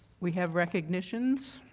we have recognitions.